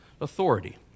authority